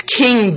king